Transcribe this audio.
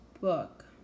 book